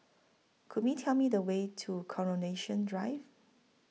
Could Me Tell Me The Way to Coronation Drive